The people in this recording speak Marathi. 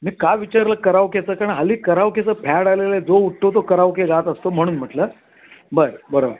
मी का विचारलं करावकेचं कारण हल्ली करावकेचं फॅड आलेलं आहे जो उठतो तो करावके गात असतो म्हणून म्हटलं बरं बरोबर